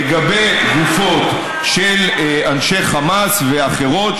לגבי גופות של אנשי חמאס ואחרות,